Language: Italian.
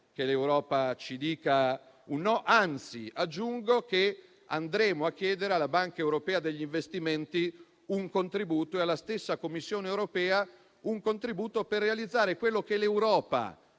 che l'Europa ci dica di no. Anzi, aggiungo che andremo a chiedere alla Banca europea degli investimenti e alla stessa Commissione europea un contributo per realizzare quello che l'Europa